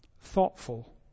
thoughtful